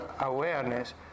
Awareness